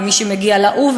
ומי שמגיע להוא,